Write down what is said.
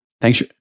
Thanks